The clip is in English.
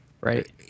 right